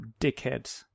dickheads